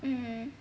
mm